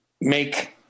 make